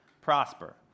prosper